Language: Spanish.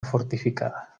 fortificada